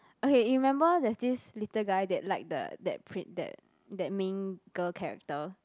okay you remember there's this little guy that like the that prin~ that that main girl character